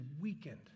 weakened